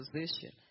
position